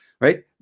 right